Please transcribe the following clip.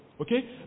Okay